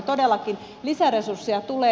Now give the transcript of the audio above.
todellakin lisäresursseja tulee